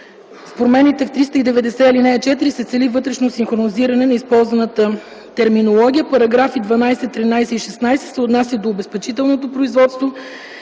С промените на чл. 390, ал. 4 се цели вътрешно синхронизиране на използваната терминология. Параграфи 12, 13 и 16 се отнасят до обезпечителното производство